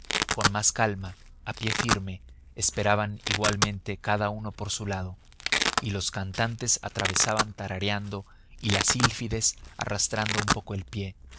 con más calma a pie firme esperaban igualmente cada uno por su lado y los cantantes atravesaban tarareando y las sílfides arrastrando un poco el pie